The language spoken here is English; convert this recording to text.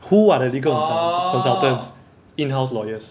who are the legal consul~ consultants in house lawyers